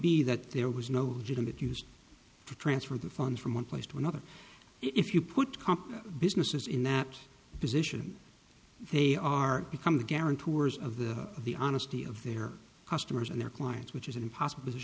that there was no didn't used to transfer the funds from one place to another if you put comp businesses in that position they are become guarantors of the the honesty of their customers and their clients which is an impossible